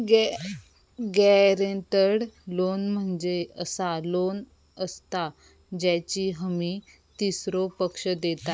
guaranteed loan म्हणजे असा loan असता ज्याची हमी तीसरो पक्ष देता